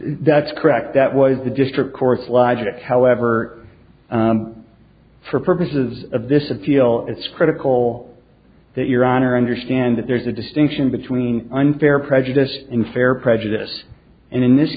that's correct that was the district court's logic however for purposes of this appeal it's critical that your honor i understand that there's a distinction between unfair prejudice in fair prejudice and in this